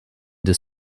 des